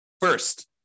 First